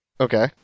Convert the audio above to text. Okay